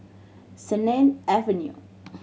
Sennett Avenue